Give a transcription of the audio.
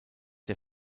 der